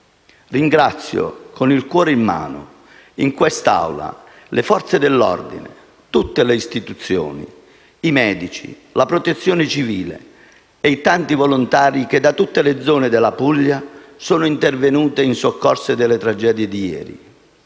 Ringrazio con il cuore in mano, in quest'Aula, le Forze dell'ordine, tutte le istituzioni, i medici, la Protezione civile e i tanti volontari che da tutte le zone della Puglia sono intervenuti in soccorso della tragedia di ieri.